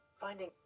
finding